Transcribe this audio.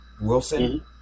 Wilson